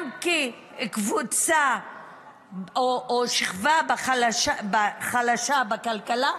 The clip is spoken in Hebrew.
גם כקבוצה או שכבה חלשה בכלכלה,